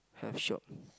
hell shop